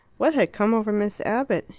what had come over miss abbott?